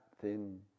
thin